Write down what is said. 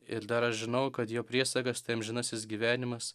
ir dar aš žinau kad jo priesakas tai amžinasis gyvenimas